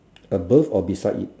above or beside it